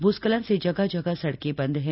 भूस्खलन से जगह जगह सड़के बंद हैं